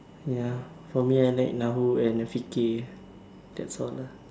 ya for me I like na hu and fiqih that's all lah